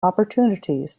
opportunities